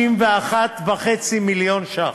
51.5 מיליון ש"ח.